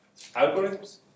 algorithms